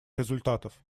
результатов